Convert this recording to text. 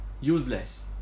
useless